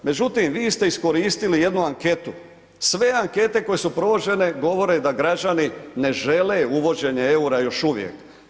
Međutim, vi ste iskoristili jednu anketu, sve ankete koje su provođene govore da građani ne žele uvođenje eura još uvijek.